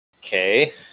okay